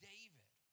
David